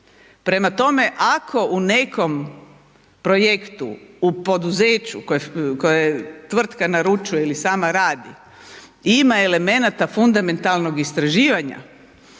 Prema tome, ako u nekom projektu u poduzeću koje tvrtka naručuje ili sama radi, ima elemenata fundamentalnog istraživanja,